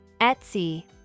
etsy